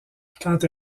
quant